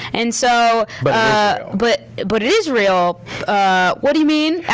and so but but it is real what do you mean? i